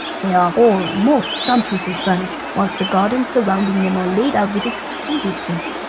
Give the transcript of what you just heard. they are all most sumptuously furnished, whilst the gardens surrounding them are laid out with exquisite taste.